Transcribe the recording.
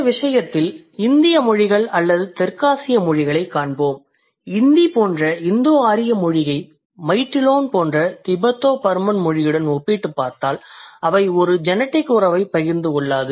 இந்த விசயத்தில் இந்திய மொழிகள் அல்லது தெற்காசிய மொழிகளைக் காண்போம் இந்தி போன்ற இந்தோ ஆரிய மொழியை மைட்டிலோன் போன்ற திபெடோ பர்மன் மொழியுடன் ஒப்பிட்டுப் பார்த்தால் அவை ஒரு ஜெனடிக் உறவைப் பகிர்ந்து கொள்ளாது